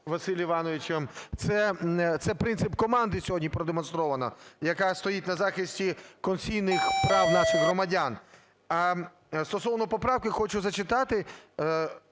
Василем Івановичем. Це принцип команди сьогодні продемонстровано, яка стоїть на захисті конституційних прав наших громадян. А стосовно поправки хочу зачитати